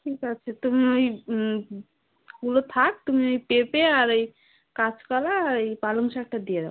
ঠিক আছে তুমি ওই ওগুলো থাক তুমি ওই পেঁপে আর এই কাঁচকলা আর এই পালং শাকটা দিয়ে দাও